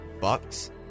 Bucks